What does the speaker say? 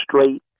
straight